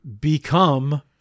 become